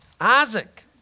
Isaac